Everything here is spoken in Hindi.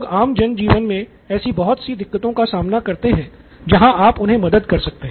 लोग आम जन जीवन मे ऐसी बहुत सी दिक्कतों का सामना करते हैं जहां आप उन्हें मदद कर सकते हैं